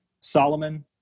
Solomon